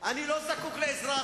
אני לא זקוק לעזרה,